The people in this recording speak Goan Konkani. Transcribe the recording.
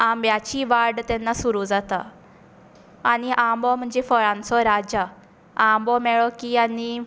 आंब्याची वाड तेन्ना सुरू जाता आनी आंबो म्हणजे फळांचो राजा आंबो मेळ्ळो की आनी